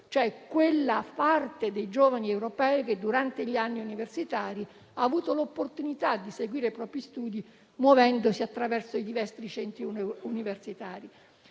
cioè da quella parte dei giovani europei che durante gli anni universitari ha avuto l'opportunità di seguire i propri studi muovendosi attraverso i diversi centri universitari.